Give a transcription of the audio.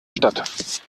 statt